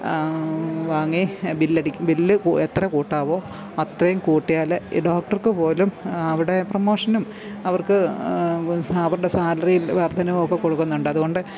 വാങ്ങി ബില്ലടിക്കും ബില്ല് എത്ര കൂട്ടാമോ അത്രയും കൂട്ടിയാൽ ഈ ഡോക്ടര്ക്ക് പോലും അവിടെ പ്രൊമോഷനും അവര്ക്ക് അവരുടെ സാല്റിയിൽ വര്ദ്ധനവൊക്കെ കൊടുക്കുന്നുണ്ട് അതുകൊണ്ട്